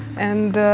and